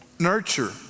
Nurture